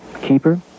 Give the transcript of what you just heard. Keeper